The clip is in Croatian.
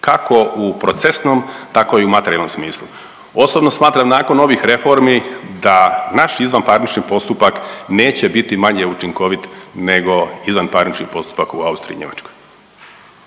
kako u procesnom, tako i u materijalnom smislu. Osobno smatram nakon ovih reformi da naš izvanparnični postupak neće biti manje učinkovit nego izvanparnični postupak u Austriji i Njemačkoj.